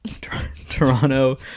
Toronto